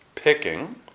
Picking